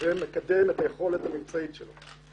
ומקדם את היכולת המבצעית שלו.